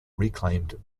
reclaimed